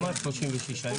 למה עד 36?